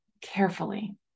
carefully